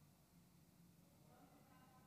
לבן?